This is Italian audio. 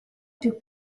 più